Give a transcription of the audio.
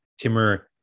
Timur